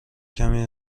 کمی